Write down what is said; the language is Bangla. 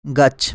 গাছ